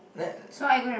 let